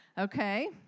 Okay